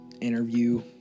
interview